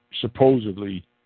supposedly